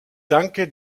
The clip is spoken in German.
danke